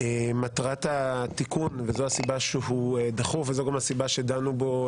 מטרת התיקון וזו הסיבה שהוא דחוף וזו הסיבה שדנו בו